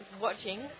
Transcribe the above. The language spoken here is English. watching